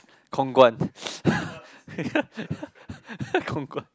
Kong-Guan Kong-Guan